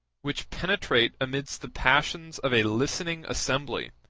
which penetrate amidst the passions of a listening assembly,